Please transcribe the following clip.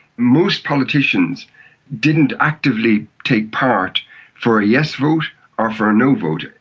most politicians didn't actively take part for a yes vote or for a no vote.